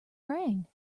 rang